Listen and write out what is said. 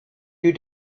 you